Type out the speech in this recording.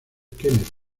kennedy